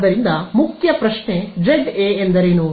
ಆದ್ದರಿಂದ ಮುಖ್ಯ ಪ್ರಶ್ನೆ ಜೆಡ್ ಎ ಎಂದರೇನು